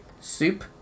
soup